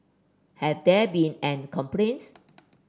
have there been any complaints